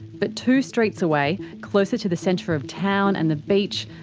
but two streets away, closer to the centre of town, and the beach,